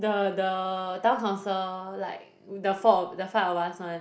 the the town council like the four the five of us one